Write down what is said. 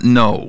no